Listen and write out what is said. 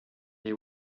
they